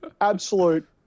Absolute